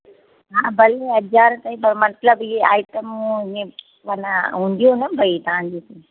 हा भई हज़ार ताईं त मतिलबु ही आइटम ई आहिनि हूंदियूं न भई तव्हां जूं